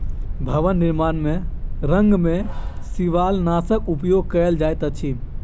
भवन निर्माण में रंग में शिवालनाशक उपयोग कयल जाइत अछि